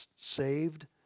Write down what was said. saved